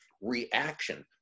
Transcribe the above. reaction